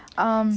um